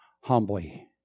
humbly